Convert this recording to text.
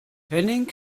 henning